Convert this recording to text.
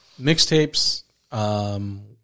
mixtapes